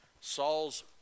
saul's